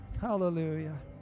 Hallelujah